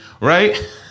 Right